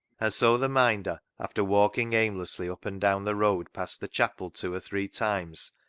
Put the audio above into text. and so the minder, after walking aimlessly up and down the road past the chapel two or three times,